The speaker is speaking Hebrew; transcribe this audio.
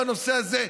בנושא הזה,